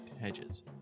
Hedges